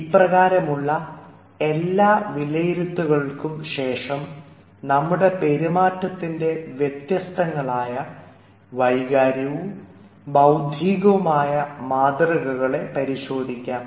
ഇപ്രകാരമുള്ള എല്ലാ വിലയിരുത്തലുകൾക്കും ശേഷം നമ്മുടെ പെരുമാറ്റത്തിൻറെ വ്യത്യസ്തങ്ങളായ വൈകാരികവും ബൌദ്ധികവുമായ മാതൃകകളെ പരിശോധിക്കാം